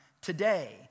today